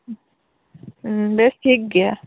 ᱵᱮᱥ ᱴᱷᱤᱠ ᱜᱮᱭᱟ